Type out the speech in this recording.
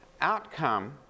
outcome